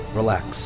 relax